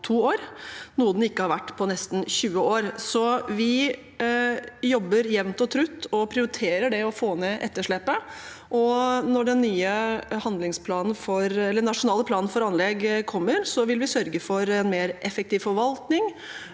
noe den ikke har vært på nesten 20 år. Så vi jobber jevnt og trutt og prioriterer å få ned etterslepet, og når den nye nasjonale planen for anlegg kommer, vil vi sørge for mer effektiv forvaltning.